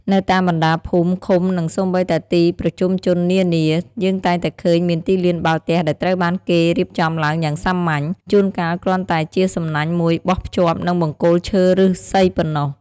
នៅតាមបណ្ដាភូមិ ឃុំ និងសូម្បីតែទីប្រជុំជននានា យើងតែងតែឃើញមានទីលានបាល់ទះដែលត្រូវបានគេរៀបចំឡើងយ៉ាងសាមញ្ញ ជួនកាលគ្រាន់តែជាសំណាញ់មួយបោះភ្ជាប់នឹងបង្គោលឈើ ឬស្សីប៉ុណ្ណោះ។